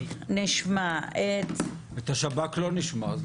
את השב"כ לא נשמע.